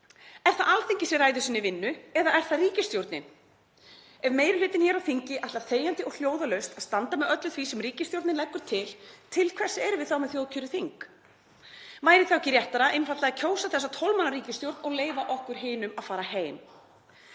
Er það Alþingi sem ræður sinni vinnu eða er það ríkisstjórnin? Ef meiri hlutinn hér á þingi ætlar þegjandi og hljóðalaust að standa með öllu því sem ríkisstjórnin leggur til, til hvers erum við þá með þjóðkjörið þing? Væri þá ekki réttara einfaldlega að kjósa þessa 12 manna ríkisstjórn og leyfa okkur hinum að fara heim?